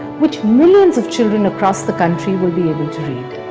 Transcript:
which millions of children across the country will be able to read.